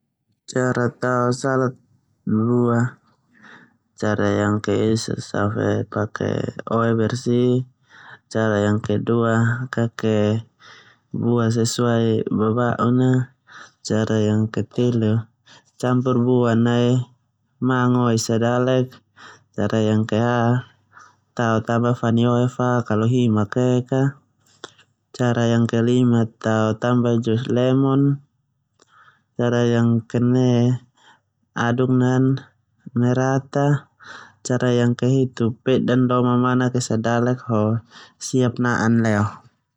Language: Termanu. Cara tao salad buah, cara yang ke esa safe buah pake oe bersih, cara yang ke dua kaken buah sesuai baba'un, cara yang ke telu campur buah nai mango esa dalek, cara yang ke a tao tamba fani oe fa kalau hi makeek, cara yang ke lima tao tambah jus lemon, cara yang ke enam tao nan rata basa so na pedan lo mamanak esa dalek ho bisa na'an leo.